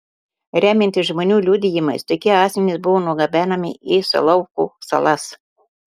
remiantis žmonių liudijimais tokie asmenys buvo nugabenami į solovkų salas